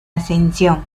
ascensión